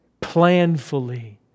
planfully